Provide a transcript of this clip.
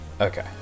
Okay